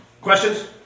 Questions